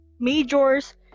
majors